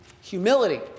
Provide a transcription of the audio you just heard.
Humility